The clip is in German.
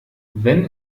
wenn